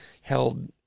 held